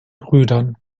brüdern